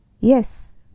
Yes